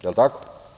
Jel tako?